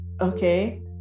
Okay